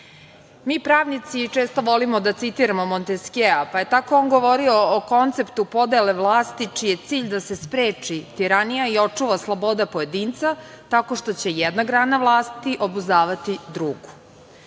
pravnici često volimo da citiramo Monteskjea, pa je tako on govorio o konceptu podele vlasti čiji je cilj da se spreči tiranija i očuva sloboda pojedinca tako što će jedna grana vlasti obuzdavati drugu. Svako